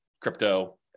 crypto